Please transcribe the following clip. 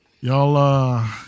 Y'all